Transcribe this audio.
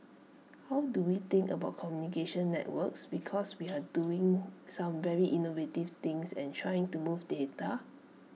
how do we think about communication networks because we are doing some very innovative things and trying to move data